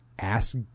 Ask